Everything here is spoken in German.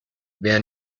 wer